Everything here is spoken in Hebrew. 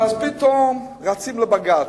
אז פתאום רצים לבג"ץ.